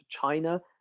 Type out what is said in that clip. China